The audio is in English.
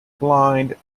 blind